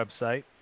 website